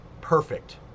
perfect